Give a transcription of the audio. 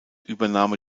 übernahme